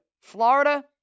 Florida